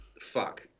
fuck